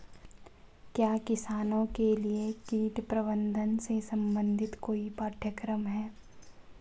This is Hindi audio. क्या किसानों के लिए कीट प्रबंधन से संबंधित कोई पाठ्यक्रम है?